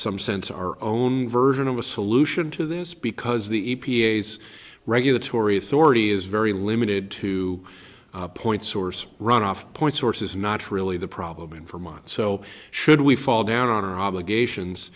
some sense our own version of a solution to this because the e p a s regulatory authority is very limited to a point source run off point source is not really the problem for months so should we fall down on our obligations